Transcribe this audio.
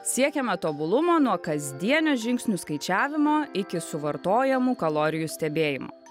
siekiame tobulumo nuo kasdienio žingsnių skaičiavimo iki suvartojamų kalorijų stebėjimo